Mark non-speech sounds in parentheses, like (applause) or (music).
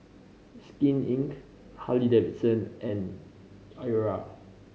Skin Inc Harley Davidson and (unintelligible)